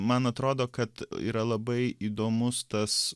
man atrodo kad yra labai įdomus tas